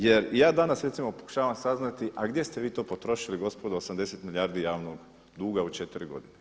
Jer ja danas recimo pokušavam saznati a gdje ste vi to potrošili gospodo 80 milijardi javnog duga u četiri godine.